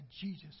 Jesus